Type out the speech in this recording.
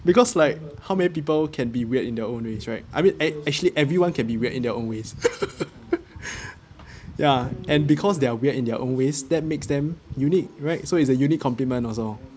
because like how many people can be weird in their own way right I mean a~ actually everyone can be weird in their own ways ya and because they're weird in their own ways that makes them unique right so it's a unique compliment also